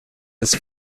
des